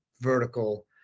vertical